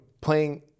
playing